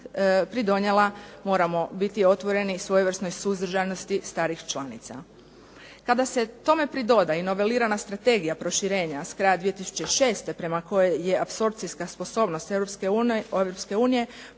pridonijela, moramo biti otvoreni, svojevrsnoj suzdržanosti starih članica. Kada se tome pridoda i novelirana strategija proširenja s kraja 2006. prema kojoj je apsorbcijska sposobnost EU